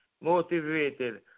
motivated